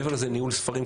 מעבר לזה, ניהול ספרים.